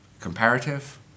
comparative